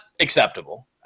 Acceptable